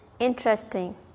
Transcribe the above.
Interesting